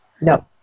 No